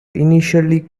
initially